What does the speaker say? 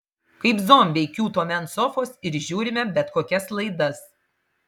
kaip zombiai kiūtome ant sofos ir žiūrime bet kokias laidas